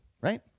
right